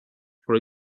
for